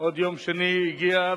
עוד יום שני הגיע,